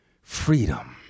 Freedom